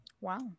wow